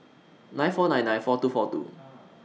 nine four nine nine four two four two